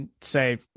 say